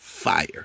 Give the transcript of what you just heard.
fire